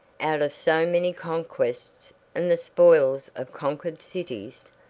out of so many conquests and the spoils of conquered cities!